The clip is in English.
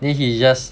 then he just